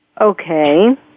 Okay